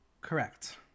Correct